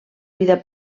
vida